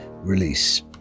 release